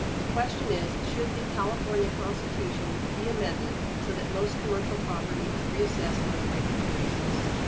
the question is, should the california constitution be amended so that most commercial property is reassessed on a regular basis?